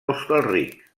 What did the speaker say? hostalric